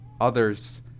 others